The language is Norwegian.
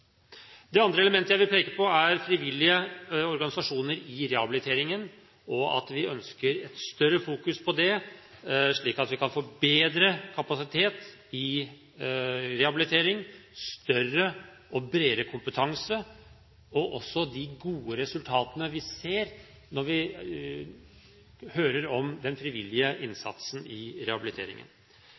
Det andre elementet jeg vil peke på, er at vi ønsker et større fokus på frivillige organisasjoner i rehabiliteringen, slik at vi kan få bedre kapasitet i rehabiliteringen, større og bredere kompetanse, og at vi også kan få de gode resultatene vi hører om når det gjelder den frivillige innsatsen i rehabiliteringen.